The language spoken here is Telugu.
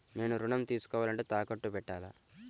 నేను ఋణం తీసుకోవాలంటే తాకట్టు పెట్టాలా?